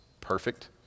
perfect